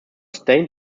stained